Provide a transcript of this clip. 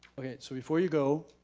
all right, so before you go,